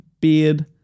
beard